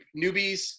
newbies